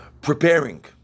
preparing